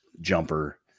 jumper